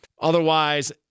Otherwise